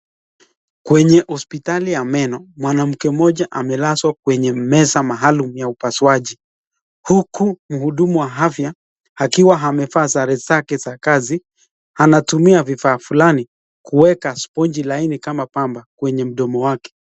Kwenye hosiptali ya meno, mwanamke mmoja amelazwa kwenye meza maalum ya upasuaji, huku mhudumu wa afya akiwa amevaa sare zake za kazi, anatumia vifaa fulani kuweka sponji laini kama pamba kwenye mdomo wake.